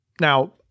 Now